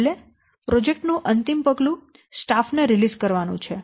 છેલ્લે પ્રોજેક્ટ નું અંતિમ પગલું સ્ટાફ ને રિલીઝ કરવાનું છે